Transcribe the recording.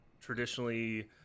traditionally